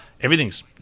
everything's